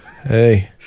Hey